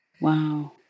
Wow